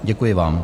Děkuji vám.